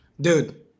Dude